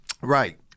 Right